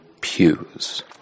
pews